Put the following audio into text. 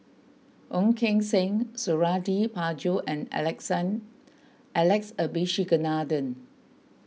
Ong Keng Sen Suradi Parjo and Alex Abisheganaden